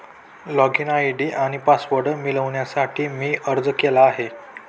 login ID आणि password मिळवण्यासाठी मी अर्ज केला आहे